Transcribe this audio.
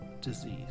disease